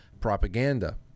propaganda